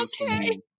Okay